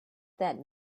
that